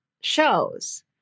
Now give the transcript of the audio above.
shows